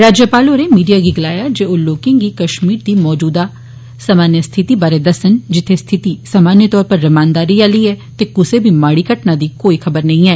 राज्यपाल होरें मीडिया गी गलाया जे ओ लोकें गी कश्मीर दी मौजूदा सामान्य स्थिति बारे दस्सन जित्थे स्थिति सामान्य तौर उप्पर रमानदारी आली ऐ ते कुसे बी माड़ा घटना दी कोई खबर नेंई ऐ